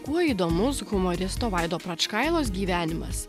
kuo įdomus humoristo vaido pračkailos gyvenimas